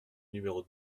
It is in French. numéro